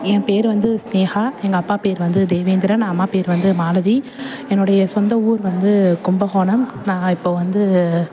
என் பேர் வந்து ஸ்னேகா எங்கள் அப்பா பேர் வந்து தேவேந்திரன் அம்மா பேர் வந்து மாலதி என்னோடைய சொந்த ஊர் வந்து கும்பகோணம் நான் இப்போ வந்து